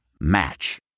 Match